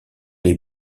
les